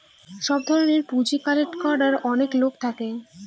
সব ধরনের পুঁজি কালেক্ট করার অনেক লোক থাকে